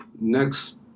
Next